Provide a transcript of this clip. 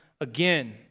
again